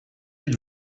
êtes